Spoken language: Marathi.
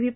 व्ही